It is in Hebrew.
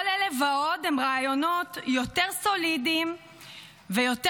כל אלה ועוד הם רעיונות יותר סולידיים ויותר